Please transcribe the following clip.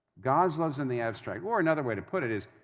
god's love's in the abstract. or another way to put it is,